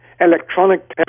electronic